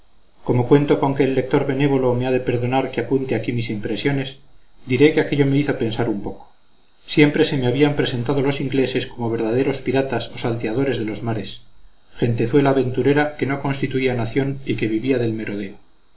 como cuento con que el lector benévolo me ha de perdonar que apunte aquí mis impresiones diré que aquello me hizo pensar un poco siempre se me habían representado los ingleses como verdaderos piratas o salteadores de los mares gentezuela aventurera que no constituía nación y que vivía del merodeo